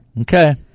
Okay